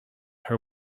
her